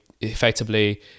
effectively